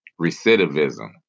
recidivism